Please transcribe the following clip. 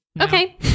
Okay